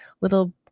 little